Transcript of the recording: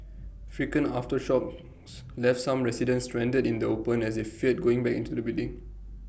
frequent aftershocks left some residents stranded in the open as they feared going back into the buildings